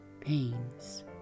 pains